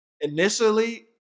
Initially